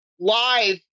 live